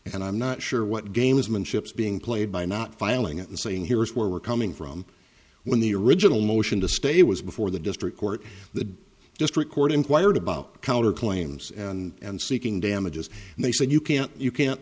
and i'm not sure what gamesmanship is being played by not filing it and saying here is where we're coming from when the original motion to state was before the district court the just record inquired about counter claims and seeking damages and they said you can't you can't